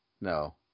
No